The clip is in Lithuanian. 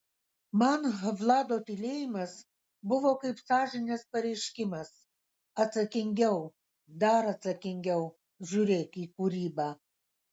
man vlado tylėjimas buvo kaip sąžinės pareiškimas atsakingiau dar atsakingiau žiūrėk į kūrybą